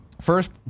First